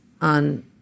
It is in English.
on